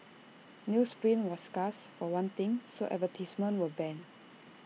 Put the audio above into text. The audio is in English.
newsprint was scarce for one thing so advertisements were banned